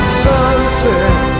sunset